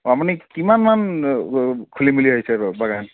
অঁ আপুনি কিমানমান খুলিম বুলি ভাবিছে বাৰু বাগান